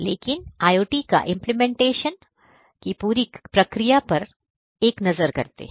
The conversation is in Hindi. लेकिन IOT का इंप्लीमेंटेशन कि पूरी प्रक्रिया पर एक नज़र करते हैं